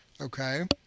Okay